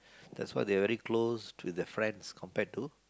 that's why they are very close to their friends compared to